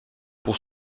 pour